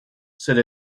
said